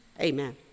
Amen